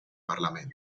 parlamento